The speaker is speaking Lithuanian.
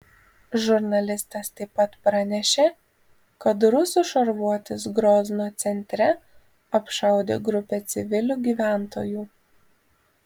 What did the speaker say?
žurnalistas taip pat pranešė kad rusų šarvuotis grozno centre apšaudė grupę civilių gyventojų